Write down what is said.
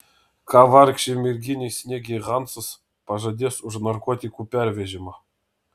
ką vargšei merginai sniegei hansas pažadės už narkotikų pervežimą